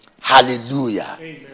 hallelujah